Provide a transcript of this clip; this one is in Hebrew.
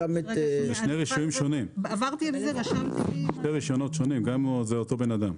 אלה שני רישיונות שונים, גם אם זה אותו בן אדם.